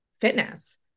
fitness